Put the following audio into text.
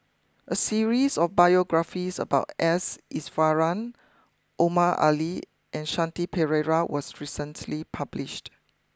a series of biographies about S Iswaran Omar Ali and Shanti Pereira was recently published